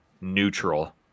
neutral